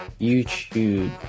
YouTube